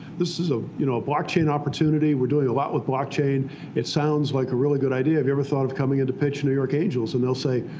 this is a you know blockchain opportunity. we're doing a lot with blockchain. it sounds like a really good idea. have you ever thought of coming into pitch new york angels? and they'll say,